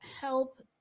help